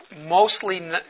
mostly